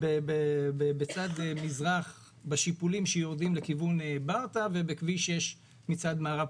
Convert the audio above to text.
ובצד מזרח בשיפולים שיורדים לכיוון ברטעה ובכביש 6 מצד מערב,